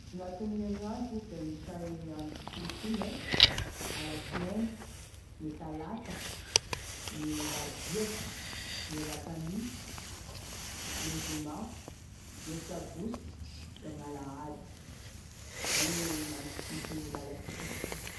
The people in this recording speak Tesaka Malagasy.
Anatin'herinandro moa da misy e andro fito igny e, gn'alasinainy, gne talata, gne larobia, gne lakamisy, gne zoma, gne sabosy da gn'alahady, zay gn'andro fito lalasika.